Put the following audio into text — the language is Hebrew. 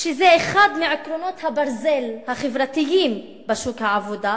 שזה אחד מעקרונות הברזל החברתיים בשוק העבודה,